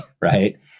right